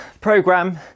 program